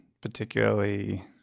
particularly